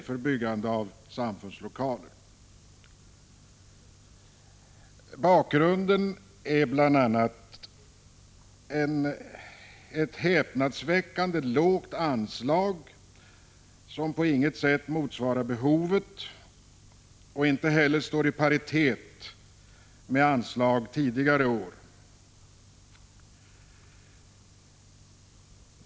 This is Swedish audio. Ett av skälen till att vi motionerat är ett häpnadsväckande lågt anslag, som på intet sätt motsvarar behovet. Inte heller står det i paritet med anslag tidigare år.